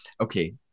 Okay